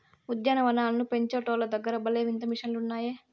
ఉద్యాన వనాలను పెంచేటోల్ల దగ్గర భలే వింత మిషన్లు ఉన్నాయే